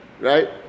right